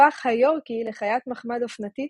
הפך ה"יורקי" לחיית מחמד אופנתית